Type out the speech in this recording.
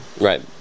Right